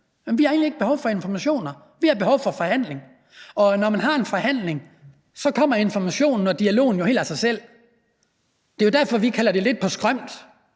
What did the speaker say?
vi har egentlig ikke behov for informationer. Vi har behov for forhandling, og når man har en forhandling, kommer informationen og dialogen jo helt af sig selv. Det er jo derfor, vi siger, det er lidt på skrømt.